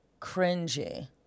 cringy